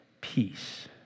peace